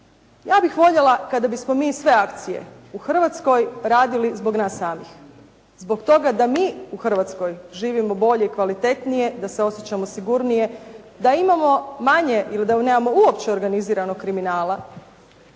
Ja bih voljela kada bismo mi sve akcije u Hrvatskoj radili zbog nas samih, zbog toga da mi u Hrvatskoj živimo bolje i kvalitetnije, da se osjećamo sigurnije, da imamo manje ili da nemamo uopće organiziranog kriminala,